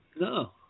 No